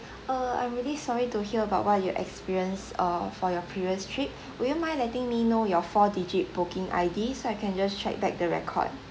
err I'm really sorry to hear about what you'd experience err for your previous trip would you mind letting me know your four digit booking I_D so I can just check back the record